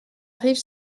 arrivent